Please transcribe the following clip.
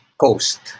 Coast